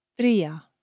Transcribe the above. tria